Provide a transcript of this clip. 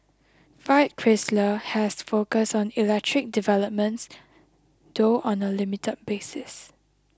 Fiat Chrysler has focused on electric developments though on a limited basis